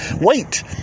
wait